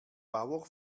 bauer